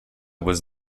was